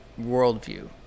worldview